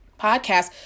podcast